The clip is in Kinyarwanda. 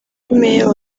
meya